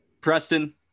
Preston